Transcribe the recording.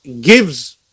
gives